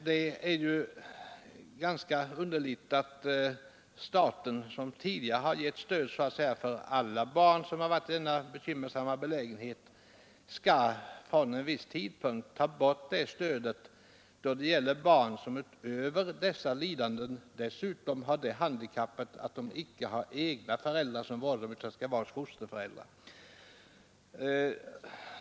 Det är ju ganska underligt att staten tidigare har givit stöd åt alla barn som har befunnit sig i denna bekymmersamma belägenhet men nu från och med en viss tidpunkt tar bort stödet för barn som utöver sina andra lidanden har det handikappet att de saknar egna föräldrar som vårdare och i stället har fosterföräldrar.